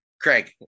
craig